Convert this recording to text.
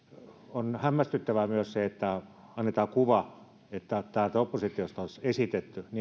on hämmästyttävää myös se että annetaan kuva että täältä oppositiosta olisi esitetty